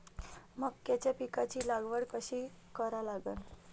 मक्याच्या पिकाची लागवड कशी करा लागन?